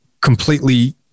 completely